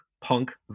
punk